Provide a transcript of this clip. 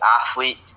athlete